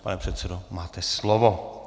Pane předsedo, máte slovo.